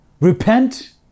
Repent